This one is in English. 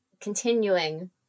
continuing